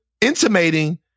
intimating